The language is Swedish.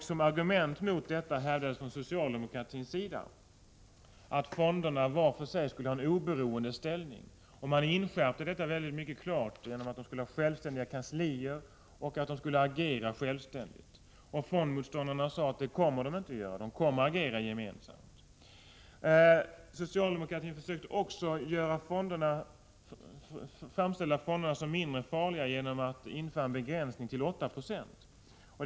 Som argument mot detta hävdade man från socialdemokratins sida att fonderna var för sig skulle ha en oberoende ställning. Man inskärpte detta mycket klart genom att säga att fonderna skulle ha självständiga kanslier och att de skulle agera självständigt. Fondmotståndarna sade: Det kommer de inte att göra, utan de kommer att agera gemensamt. Socialdemokratin försökte också framställa fonderna som mindre farliga genom att införa en begränsning till 8 76 av aktierna.